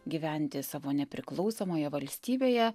gyventi savo nepriklausomoje valstybėje